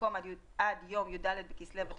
י"ד בכסלו התשפ"א.